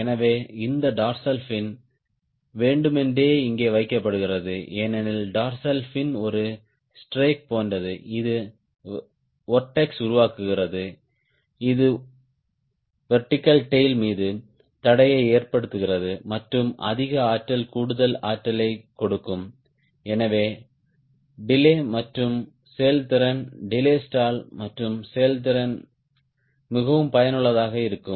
எனவே இந்த dorsal fin வேண்டுமென்றே இங்கே வைக்கப்படுகிறது ஏனெனில் டார்சல் ஃபின் ஒரு ஸ்ட்ரேக் போன்றது இது வொர்ட்ஸ் உருவாக்குகிறது இது வெர்டிகல் டேய்ல் மீது தடையை ஏற்படுத்துகிறது மற்றும் அதிக ஆற்றல் கூடுதல் ஆற்றலைக் கொடுக்கும் எனவே டிலே மற்றும் செயல்திறன் டிலே ஸ்டால் மற்றும் செயல்திறன் மிகவும் பயனுள்ளதாக இருக்கும்